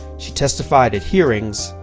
she testified at hearings,